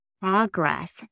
progress